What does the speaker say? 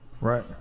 Right